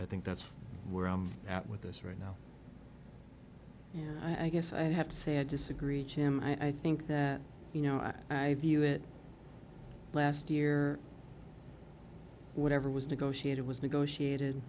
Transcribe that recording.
i think that's where i'm at with this right now yeah i guess i have to say i disagree jim i think that you know i view it last year whatever was negotiated was negotiated